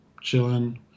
chilling